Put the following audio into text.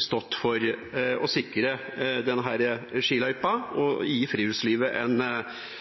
stått for nettopp å sikre denne skiløypa og gi friluftslivet en